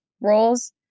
roles